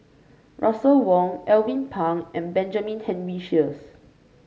Russel Wong Alvin Pang and Benjamin Henry Sheares